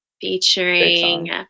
featuring